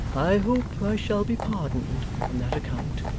i hope i shall be pardoned on that account